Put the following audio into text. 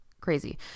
crazy